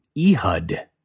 Ehud